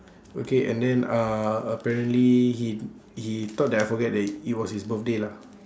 okay and then uh apparently he he thought that I forget that it was his birthday lah